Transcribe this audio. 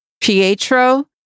pietro